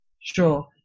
Sure